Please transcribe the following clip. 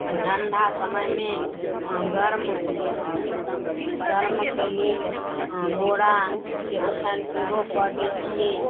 ठण्डा समयमे गर्म गरमके लेल बोराके ओछाइन सेहो कऽ दै छियै